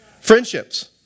Friendships